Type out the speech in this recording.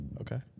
Okay